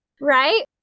right